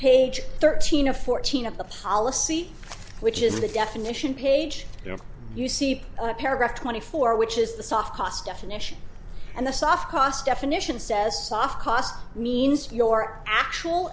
page thirteen or fourteen of the policy which is a definition page you know you see paragraph twenty four which is the soft cost definition and the soft cost definition says soft cost means your actual